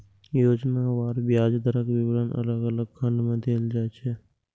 योजनावार ब्याज दरक विवरण अलग अलग खंड मे देल जाइ छै